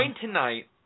tonight